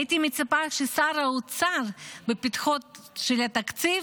הייתי מצפה ששר האוצר, בפתחו של התקציב,